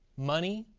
money,